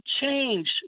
change